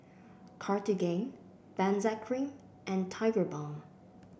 Cartigain Benzac Cream and Tigerbalm